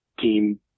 team